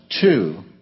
two